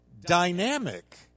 dynamic